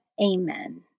Amen